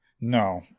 No